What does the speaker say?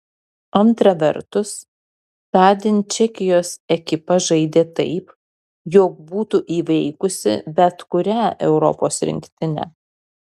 antra vertus tądien čekijos ekipa žaidė taip jog būtų įveikusi bet kurią europos rinktinę